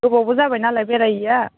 गोबावबो जाबाय नालाय बेरायिया